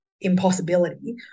impossibility